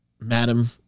Madam